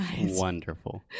Wonderful